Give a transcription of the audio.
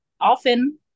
often